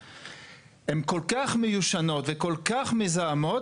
הן כל כך מיושנות וכל כך מזהמות,